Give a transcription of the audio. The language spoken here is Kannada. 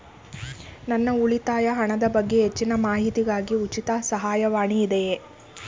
ನನ್ನ ಉಳಿತಾಯ ಹಣದ ಬಗ್ಗೆ ಹೆಚ್ಚಿನ ಮಾಹಿತಿಗಾಗಿ ಉಚಿತ ಸಹಾಯವಾಣಿ ಇದೆಯೇ?